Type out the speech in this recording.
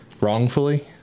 wrongfully